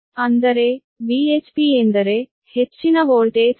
ಅಂದರೆ VHP ಎಂದರೆ ಹೆಚ್ಚಿನ ವೋಲ್ಟೇಜ್ ಸೈಡ್ ಫೇಸ್ ವೋಲ್ಟೇಜ್